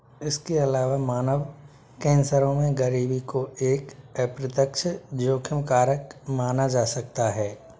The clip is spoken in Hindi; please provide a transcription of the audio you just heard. इसके अलावा मानव कैंसरों में गरीबी को एक अप्रत्यक्ष जोखिम कारक माना जा सकता है